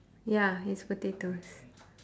ya is potatoes